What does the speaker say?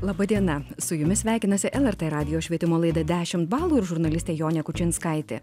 laba diena su jumis sveikinasi el er tė radijo švietimo laida dešimt balų ir žurnalistė jonė kučinskaitė